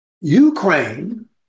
Ukraine